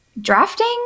drafting